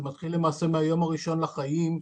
זה מתחיל למעשה מהיום הראשון לחיים,